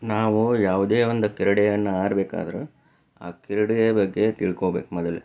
ನಾವು ಯಾವುದೇ ಒಂದು ಕ್ರೀಡೆಯನ್ನು ಆಡಬೇಕಾದ್ರೂ ಆ ಕ್ರೀಡೆಯ ಬಗ್ಗೆ ತಿಳ್ಕೋಬೇಕು ಮೊದಲು